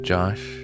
Josh